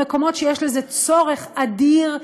במקומות שיש לזה צורך אדיר,